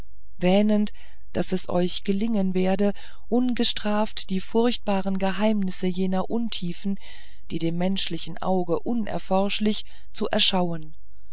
wähnend daß es euch gelingen werde ungestraft die furchtbaren geheimnisse jener untiefen die dem menschlichen auge unerforschlich zu erschauen